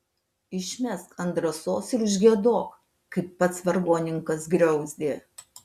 išmesk ant drąsos ir užgiedok kaip pats vargonininkas griauzdė